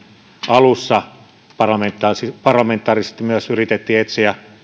alussa parlamentaarisesti parlamentaarisesti yritettiin etsiä